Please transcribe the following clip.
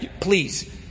please